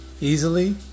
easily